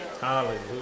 Hallelujah